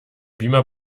beamer